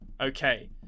Okay